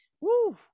woo